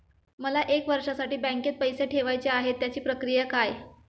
मला एक वर्षासाठी बँकेत पैसे ठेवायचे आहेत त्याची प्रक्रिया काय?